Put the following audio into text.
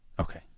Okay